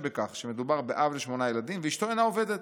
בכך שמדובר ב'אב לשמונה ילדים ואשתו אינה עובדת'".